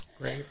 Great